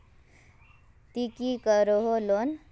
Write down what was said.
ती की करोहो लोन?